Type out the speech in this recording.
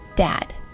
dad